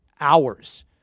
hours